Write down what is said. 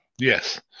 yes